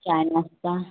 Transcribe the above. चाय नाश्ता